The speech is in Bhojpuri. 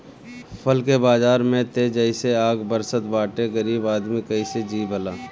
फल के बाजार में त जइसे आग बरसत बाटे गरीब आदमी कइसे जी भला